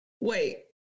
wait